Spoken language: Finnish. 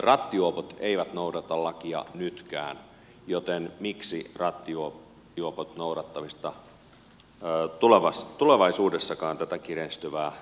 rattijuopot eivät noudata lakia nytkään joten miksi rattijuopot noudattaisivat tulevaisuudessakaan tätä kiristyvää promillerajaa